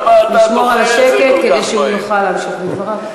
בואי נאפשר לו בבקשה להמשיך בדבריו.